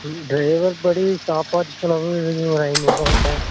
driver படி சாப்பாட்டு செலவு ஒரு ஐநூறுவாங்க சார்